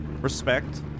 respect